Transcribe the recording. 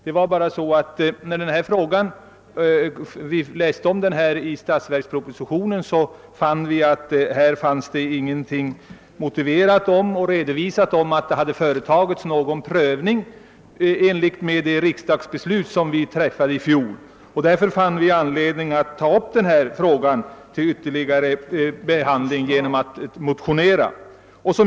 När vi motionärer läste om nylokaliseringen av polisutbildningen i statsverkspropositionen fann vi att där inte fanns någon uppgift om huruvida man i denna fråga hade företagit någon prövning i enlighet med det riksdagsbeslut som vi träffade i fjol om utflyttning av statlig förvaltning. Därför fann vi anledning att ta upp denna fråga till ytterligare behandling genom att motionera.